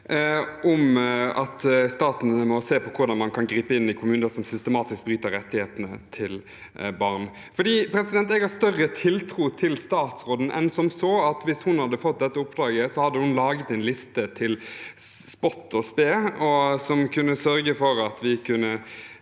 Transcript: om at staten må se på hvordan man kan gripe inn i kommuner som systematisk bryter barns rettigheter. Jeg har større tiltro til statsråden enn at jeg tror at hun, hvis hun hadde fått dette oppdraget, hadde laget en liste til spott og spe, som kunne sørget for at vi kunne